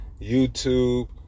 YouTube